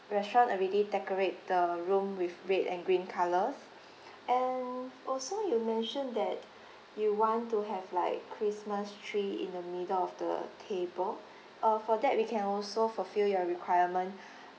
restaurant already decorate the room with red and green colours and also you mentioned that you want to have like christmas tree in the middle of the table uh for that we can also fulfil your requirement